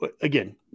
again